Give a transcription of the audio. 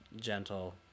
gentle